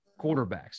quarterbacks